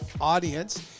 audience